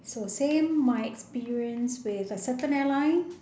so same my experience with a certain airline